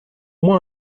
moi